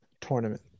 tournament